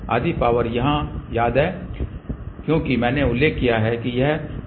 आधी पावर यहां याद है क्योंकि मैंने उल्लेख किया है कि यह 3 dB कपलर है